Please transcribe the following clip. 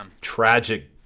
tragic